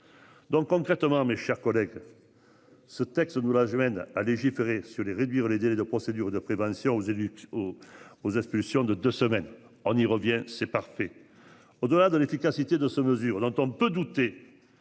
Donc concrètement, mes chers collègues. Ce texte nous ramène à légiférer sur les réduire les délais de procédures de prévention aux élus, aux aux expulsions de deux semaines en y revient. C'est parfait. Au-delà de l'efficacité de ce mesure l'entendent peut douter.